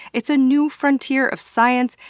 it's a new frontier of science,